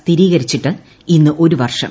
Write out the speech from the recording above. സ്ഥിരീകരിച്ചിട്ട് ഇന്ന് ഒരു വർഷം